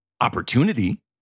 opportunity